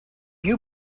you